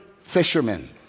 fishermen